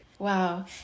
Wow